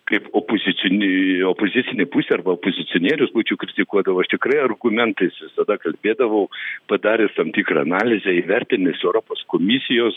kaip opozicinį opozicinė pusė arba opozicionierius būčiau kritikuodavo aš tikrai argumentais visada kalbėdavau padaręs tam tikrą analizę įvertinęs europos komisijos